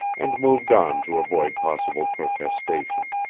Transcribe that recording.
and moved on to avoid possible protestation.